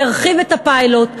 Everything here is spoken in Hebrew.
ירחיב את הפיילוט,